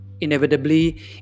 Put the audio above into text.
inevitably